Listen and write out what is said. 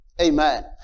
Amen